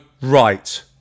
right